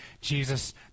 Jesus